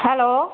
hello